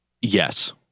Yes